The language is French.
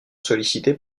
sollicité